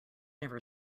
never